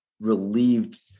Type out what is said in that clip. relieved